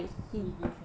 he 已经